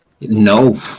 No